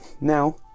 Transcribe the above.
now